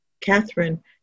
Catherine